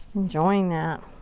enjoying that.